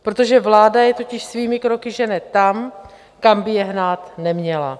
Protože vláda je totiž svými kroky žene tam, kam by je hnát neměla.